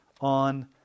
on